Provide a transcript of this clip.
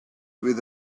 with